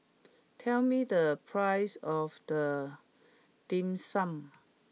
tell me the price of the Dim Sum